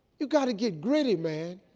you gotta get gritty, man.